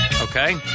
okay